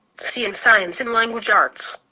c in science and language arts.